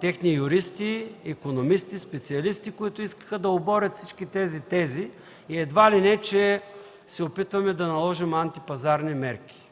техни юристи, икономисти, специалисти, които искаха да оборят всички тези – едва ли не че се опитваме да наложим антипазарни мерки.